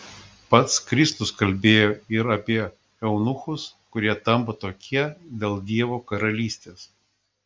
pats kristus kalbėjo ir apie eunuchus kurie tampa tokie dėl dievo karalystės